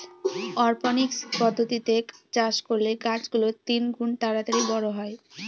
অরপনিক্স পদ্ধতিতে চাষ করলে গাছ গুলো তিনগুন তাড়াতাড়ি বড়ো হয়